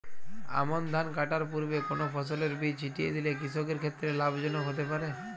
আমন ধান কাটার পূর্বে কোন ফসলের বীজ ছিটিয়ে দিলে কৃষকের ক্ষেত্রে লাভজনক হতে পারে?